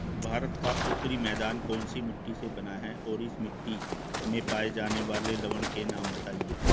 भारत का उत्तरी मैदान कौनसी मिट्टी से बना है और इस मिट्टी में पाए जाने वाले लवण के नाम बताइए?